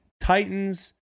Titans